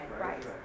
right